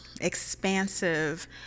expansive